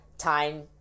time